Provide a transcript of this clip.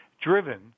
driven